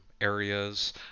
areas